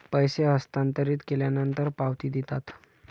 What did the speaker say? पैसे हस्तांतरित केल्यानंतर पावती देतात